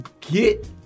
get